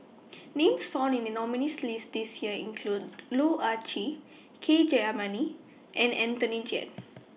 Names found in The nominees' list This Year include Loh Ah Chee K Jayamani and Anthony Chen